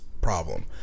problem